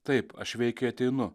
taip aš veikiai ateinu